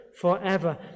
forever